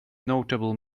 notable